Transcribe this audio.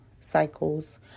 cycles